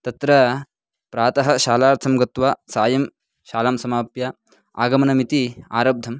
तत्र प्रातः शालार्थं गत्वा सायं शालां समाप्य आगमनमिति आरब्धं